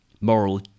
Moral